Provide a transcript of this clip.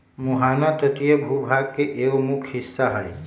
मुहाना तटीय भूभाग के एगो मुख्य हिस्सा हई